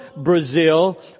Brazil